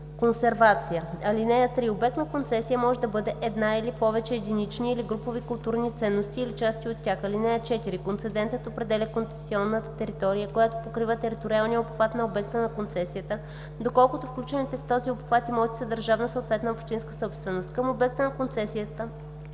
консервация. (3) Обект на концесия може да бъде една или повече единични или групови културни ценности или части от тях. (4) Концедентът определя концесионна територия, която покрива териториалния обхват на обекта на концесията, доколкото включените в този обхват имоти са държавна, съответно общинска собственост. Към обекта на концесията